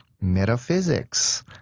metaphysics